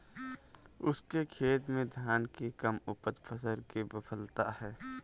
उसके खेत में धान की कम उपज फसल की विफलता है